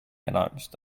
announced